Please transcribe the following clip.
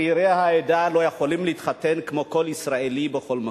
שצעירי העדה לא יכולים להתחתן כמו כל ישראלי בכל מקום?